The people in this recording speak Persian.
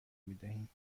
میدهیم